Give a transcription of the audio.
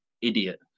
idiot